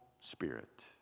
spirit